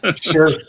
sure